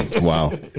Wow